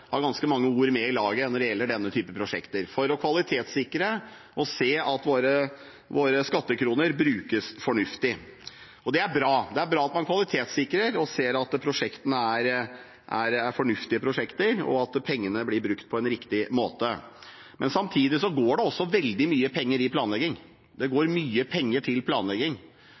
har ganske mange ord med i laget når det gjelder denne typen prosjekter, for å kvalitetssikre og se at våre skattekroner brukes fornuftig. Og det er bra. Det er bra at man kvalitetssikrer og ser at prosjektene er fornuftige prosjekter, og at pengene blir brukt på en riktig måte. Men samtidig går det også veldig mye penger til planlegging.